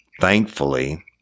thankfully